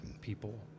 people